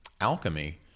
alchemy